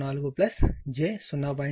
64 j 0